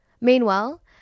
meanwhile